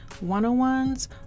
one-on-ones